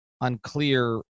unclear